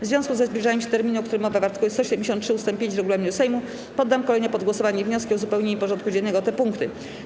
W związku ze zbliżaniem się terminu, o którym mowa w art. 173 ust. 5 regulaminu Sejmu, poddam kolejno pod głosowanie wnioski o uzupełnienie porządku dziennego o te punkty.